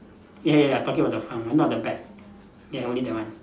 ya ya ya talking about the front one not the back ya only that one